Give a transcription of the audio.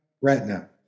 retina